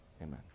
Amen